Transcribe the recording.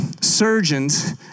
surgeons